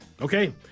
Okay